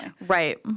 Right